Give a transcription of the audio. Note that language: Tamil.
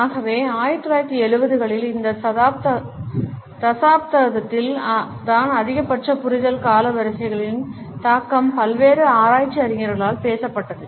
ஆகவே 1970 களின் இந்த தசாப்தத்தில் தான் அதிகபட்ச புரிதல் காலவரிசைகளின் தாக்கம் பல்வேறு ஆராய்ச்சி அறிஞர்களால் பேசப்பட்டது